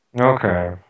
Okay